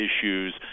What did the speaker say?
issues